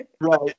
Right